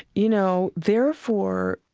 you know, therefore,